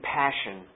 passion